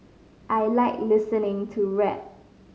I like listening to rap